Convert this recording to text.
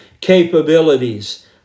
capabilities